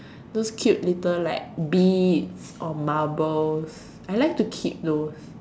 those cute little like beads or marbles I like to keep those